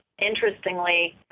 interestingly